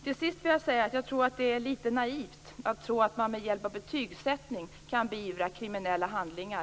Till sist vill jag säga att jag tror att det är litet naivt att tro att man ens i skolan med hjälp av betygsättning kan beivra kriminella handlingar.